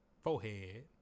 Forehead